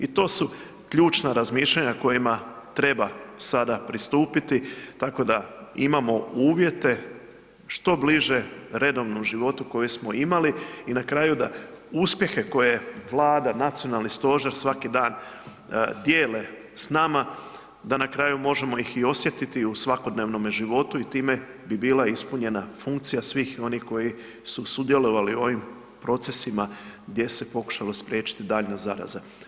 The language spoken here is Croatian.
I to su ključna razmišljanja kojima treba sada pristupiti, tako da imamo uvjete što bliže redovnom životu koje smo imali i na kraju da uspjehe koje je Vlada, nacionalni stožer, svaki dan dijele s nama, da na kraju možemo ih i osjetiti i u svakodnevnome životu i time bi bila ispunjena funkcija svih onih koji su sudjelovali u ovim procesima gdje se pokušalo spriječiti daljnja zaraza.